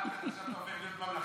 עכשיו אתה הופך להיות ממלכתי?